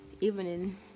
evening